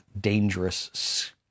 dangerous